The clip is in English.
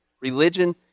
Religion